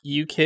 uk